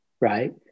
right